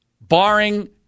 barring